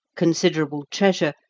considerable treasure,